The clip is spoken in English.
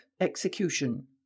Execution